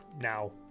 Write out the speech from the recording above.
now